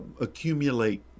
accumulate